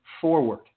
forward